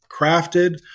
crafted